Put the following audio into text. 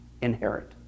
inherit